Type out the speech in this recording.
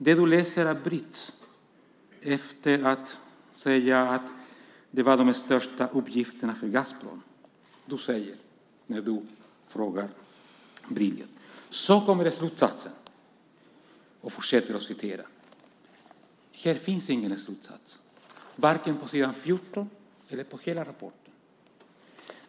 Det du läser avbryts efter det om att det var de största uppgifterna från Gazprom, som du sade när du frågade Brilioth. Sedan kommer slutsatsen, och du fortsätter att citera. Men här finns ingen slutsats, vare sig på s. 14 eller någonstans i hela rapporten.